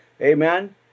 amen